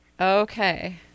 Okay